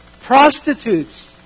Prostitutes